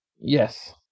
Yes